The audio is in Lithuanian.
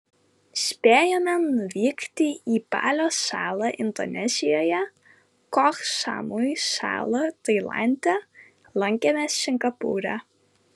spėjome nuvykti į balio salą indonezijoje koh samui salą tailande lankėmės singapūre